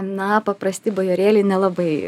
na paprasti bajorėliai nelabai